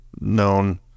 known